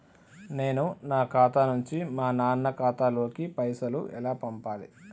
నేను నా ఖాతా నుంచి మా నాన్న ఖాతా లోకి పైసలు ఎలా పంపాలి?